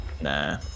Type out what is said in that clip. Nah